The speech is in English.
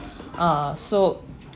uh so